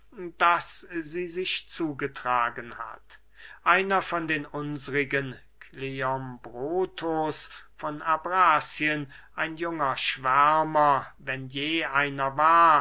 daß sie sich zugetragen hat einer von den unsrigen kleombrotus von ambrazien ein junger schwärmer wenn je einer war